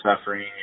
suffering